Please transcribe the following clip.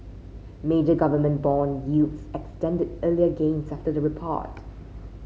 major government bond yields extended earlier gains after the report